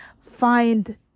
find